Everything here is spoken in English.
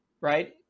right